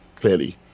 clearly